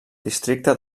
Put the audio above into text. districte